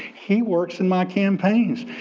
he works in my campaigns,